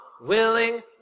willing